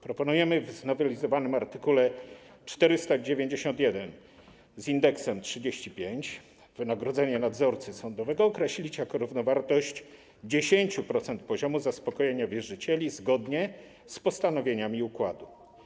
Proponujemy w znowelizowanym art. 491 z indeksem 35 wynagrodzenie nadzorcy sądowego określić jako równowartość 10% poziomu zaspokojenia wierzycieli zgodnie z postanowieniami układu.